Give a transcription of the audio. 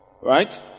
Right